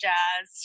Jazz